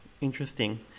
Interesting